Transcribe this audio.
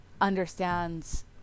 understands